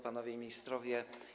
Panowie Ministrowie!